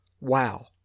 Wow